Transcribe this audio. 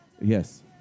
Yes